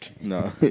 No